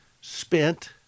spent